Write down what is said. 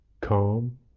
calm